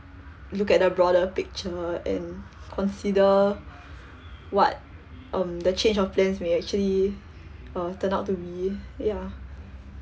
look at the broader picture and consider what um the change of plans may actually uh turn out to be ya